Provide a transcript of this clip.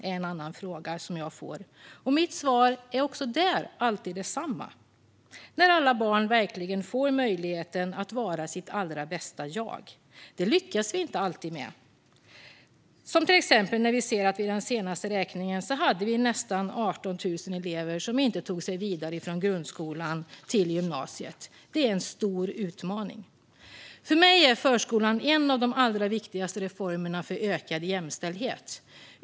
är en annan fråga jag får, och mitt svar är också där alltid detsamma: när alla barn verkligen får möjligheten att vara sitt allra bästa jag. Det lyckas vi inte alltid med. Till exempel ser vi att det vid den senaste räkningen var nästan 18 000 elever som inte tog sig vidare från grundskolan till gymnasiet. Det är en stor utmaning. För mig är förskolan en av de allra viktigaste reformerna för ökad jämställdhet.